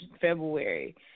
February